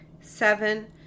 seven